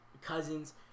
cousins